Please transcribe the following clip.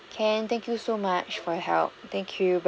can thank you so much for your help thank you